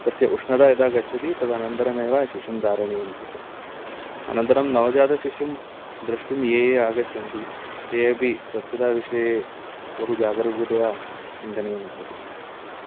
तस्य उष्णता यदा गच्छति तदनन्तरमेव शिशुं धारणीयं तत् अनन्तरं नवजातशिशुं द्रष्टुं ये ये आगच्छन्ति ते अपि स्वच्छताविषये बहु जागरूकतया चिन्तनीयं भवति